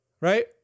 Right